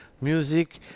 music